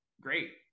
great